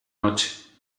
noche